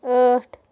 ٲٹھ